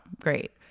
great